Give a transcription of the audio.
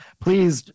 Please